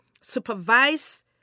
supervise